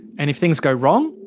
and if things go wrong,